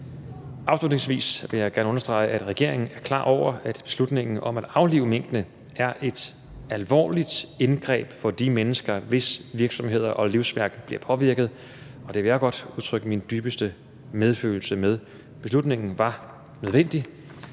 Afslutningsvis vil jeg gerne understrege, at regeringen er klar over, at beslutningen om at aflive minkene er et alvorligt indgreb for de mennesker, hvis virksomheder og livsværk bliver påvirket, og det vil jeg godt udtrykke min dybeste medfølelse med. Beslutningen var nødvendig.